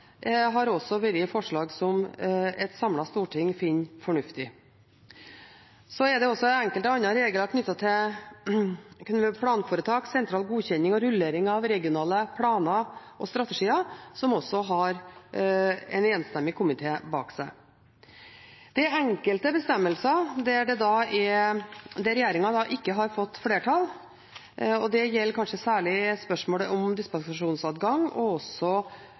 har også vært et forslag som et samlet storting finner fornuftig. Det er også enkelte andre regler, knyttet til planforetak, sentral godkjenning og rullering av regionale planer og strategier, som har en enstemmig komité bak seg. Det er enkelte bestemmelser hvor regjeringen ikke har fått flertall, og det gjelder kanskje særlig spørsmålet om dispensasjonsadgang